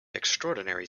extraordinary